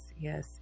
yes